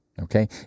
Okay